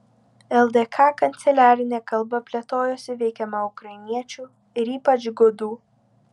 ldk kanceliarinė kalba plėtojosi veikiama ukrainiečių ir ypač gudų